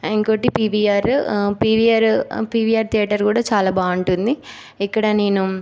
ఇంకోటి PVR PVR PVR theatre కూడా చాలా బాగుంటుంది ఇక్కడ నేను